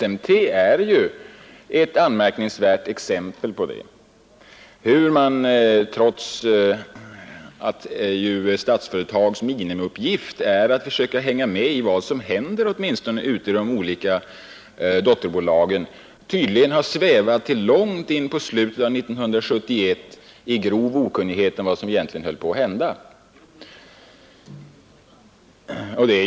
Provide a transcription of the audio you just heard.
SMT är ett anmärkningsvärt exempel på att man, trots att Statsföretags minimiuppgift måste vara att försöka hänga med i vad som händer i de olika dotterbolagen, tydligen långt in på år 1971 har svävat i grov okunnighet om vad som egentligen höll på att hända.